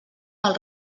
mal